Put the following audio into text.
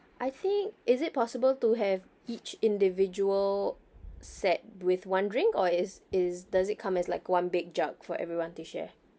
I think is it possible to have each individual set with one drink or is is does it come as like one big jug for everyone to share